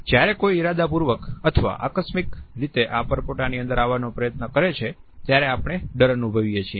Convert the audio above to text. જ્યારે કોઈ ઇરાદાપૂર્વક અથવા આકસ્મિક રીતે આ પરપોટાની અંદર આવવાનો પ્રયત્ન કરે છે ત્યારે આપણે ડર અનુભવીએ છીએ